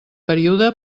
període